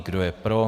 Kdo je pro?